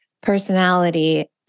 personality